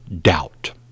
doubt